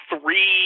three